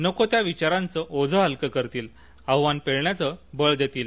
नको त्या विचारांचं ओझं हलक करतील आव्हान पेलण्याचं बळ देतील